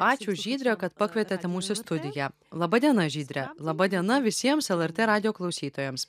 ačiū žydre kad pakvietėte mus į studiją laba diena žydre laba diena visiems lrt radijo klausytojams